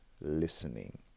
listening